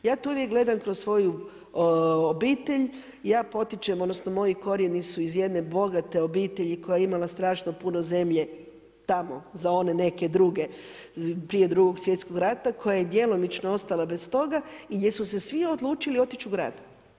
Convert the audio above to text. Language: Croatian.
Ja to uvijek gledam kroz svoju obitelj i ja potičem, odnosno, moji korijeni su iz jedne bogate obitelji koja je imala strašno puno zemlje, tamo za one neke druge, prije 2.sv.rata, koja je djelomično ostala bez toga i jesu se svi odlučili otići u grad.